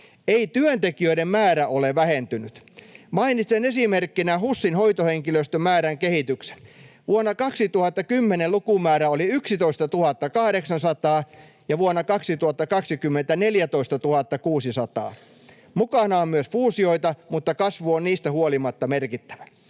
Ei työntekijöiden määrä ole vähentynyt. Mainitsen esimerkkinä HUSin hoitohenkilöstön määrän kehityksen. Vuonna 2010 lukumäärä oli 11 800, ja vuonna 2020 se oli 14 600. Mukana on myös fuusioita, mutta kasvu on niistä huolimatta merkittävä.